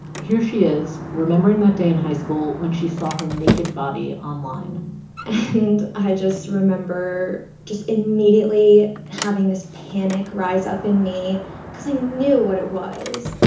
here she is remembering that day in high school when she saw her naked body online j and i just remember just immediately having this panic rise up in me because i knew what it was.